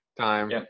time